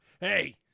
Hey